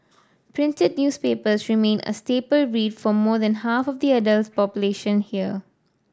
printed newspaper remain a staple read for more than half of the adult population here